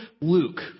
Luke